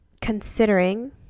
considering